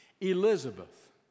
Elizabeth